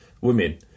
women